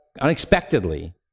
unexpectedly